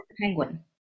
Penguin